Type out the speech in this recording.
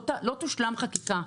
לא תושלם חקיקה.